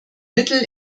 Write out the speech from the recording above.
mittel